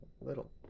little